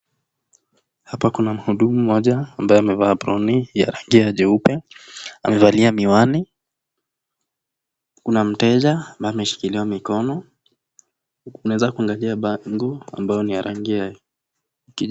Hapa kuna mhudumu mmoja ambaye amevaa aproni ya jeupe, amevalia miwani, kuna mteja ambaye ameshikiliwa mikono huku ameweza kuangalia bango ambayo ni ya rangi ya.